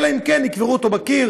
אלא אם כן יקברו אותו בקיר,